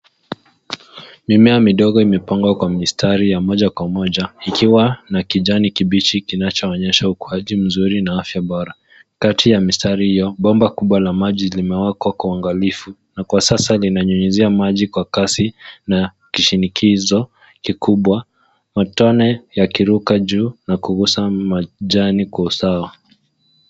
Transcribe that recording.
Mimea midogo imepangwa kwa mistari ya moja kwa moja ikiwa na kijani kibichi kinachoonyesha ukuaji mzuri na afya bora. Kati ya mistari hiyo, bomba kubwa la maji limewekwa kwa uangalifu na kwa sasa linanyunyizia maji kwa kasi na kishinikizo kikubwa. Matone yakiruka juu na kugusa majani kwa usawa.